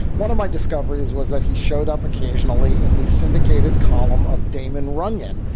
one of my discoveries was that he showed up occasionally in the syndicated column of damon runyon,